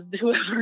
whoever